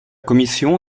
commission